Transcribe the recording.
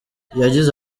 yagize